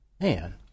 man